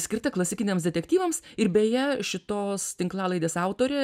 skirta klasikiniams detektyvams ir beje šitos tinklalaidės autorė